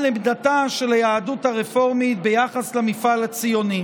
עמדתה של היהדות הרפורמית ביחס למפעל הציוני.